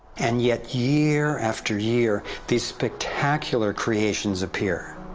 and yet, year after year these spectacular creations appear.